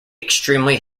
extremely